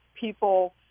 people